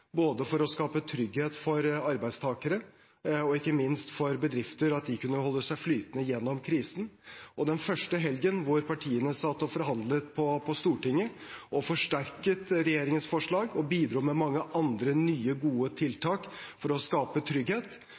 både for å skape trygghet for arbeidstakere og ikke minst for at bedrifter skulle kunne holde seg flytende gjennom krisen. Den første helgen, da partiene satt og forhandlet på Stortinget og forsterket regjeringens forslag og bidro med mange andre nye gode tiltak for å skape trygghet,